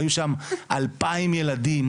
היו שם אלפיים ילדים,